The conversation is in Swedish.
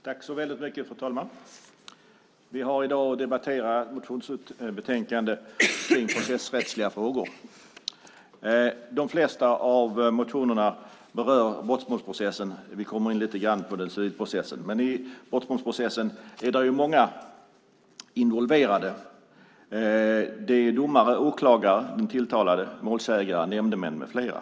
Fru talman! Vi har i dag att debattera ett motionsbetänkande om processrättsliga frågor. De flesta av motionerna berör brottmålsprocessen. Vi kommer in lite grann asylprocessen. Det är många som är involverade i brottmålsprocessen. Det är domare, åklagare, den tilltalade, målsägare, nämndemän med flera.